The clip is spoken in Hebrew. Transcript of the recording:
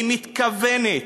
מתכוונת,